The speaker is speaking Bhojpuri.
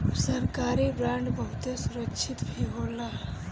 सरकारी बांड बहुते सुरक्षित भी होला